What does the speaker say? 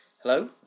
Hello